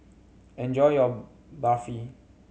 enjoy your Barfi